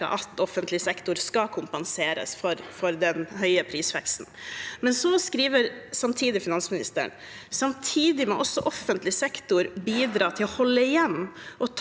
at offentlig sektor skal kompenseres for den høye prisveksten. Men så skriver samtidig finansministeren: «Samtidig må også offentlig sektor bidra til å holde igjen